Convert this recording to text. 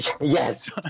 Yes